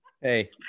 Hey